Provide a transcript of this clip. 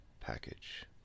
package